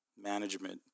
management